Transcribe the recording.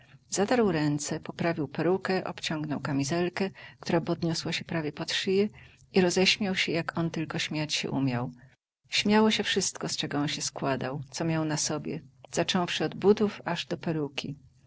zatarł ręce poprawił perukę obciągnął kamizelkę która podniosła się prawie pod szyję i rozśmiał się jak on tylko śmiać się umiał śmiało się wszystko z czego on się składał co miał na sobie zacząwszy od butów aż do peruki